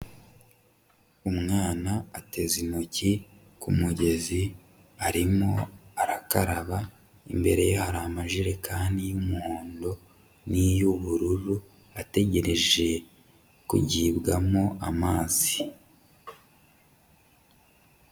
Umwana ateze intoki ku mugezi arimo arakaraba, imbere ye hari amajerekani y'umuhondo n'iy'ubururu ategereje kugibwamo amazi.